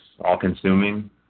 all-consuming